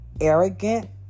arrogant